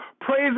Praise